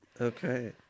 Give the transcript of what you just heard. Okay